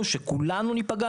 אם זה עיריית תל אביב,